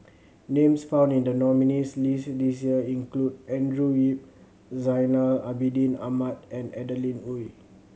names found in the nominees' list this year include Andrew Yip Zainal Abidin Ahmad and Adeline Ooi